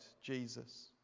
Jesus